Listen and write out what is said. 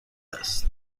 است